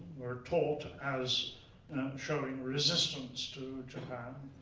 were taught as and um showing resistance to japan.